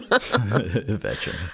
veteran